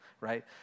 right